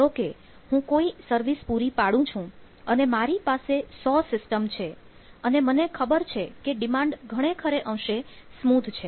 ધારો કે હું કોઈ સર્વિસ પૂરી પાડું છું અને મારી પાસે 100 સિસ્ટમ છે અને મને ખબર છે કે ડિમાન્ડ ઘણે અંશે સ્મુધ છે